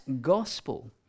gospel